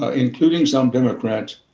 ah including some democrats,